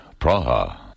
Praha